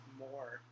more